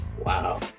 Wow